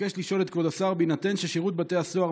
אבקש לשאול את כבוד השר: בהינתן ששירות בתי הסוהר